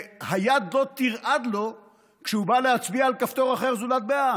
שהיד לא תרעד לו כשהוא בא להצביע על כפתור אחר זולת בעד.